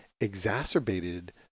exacerbated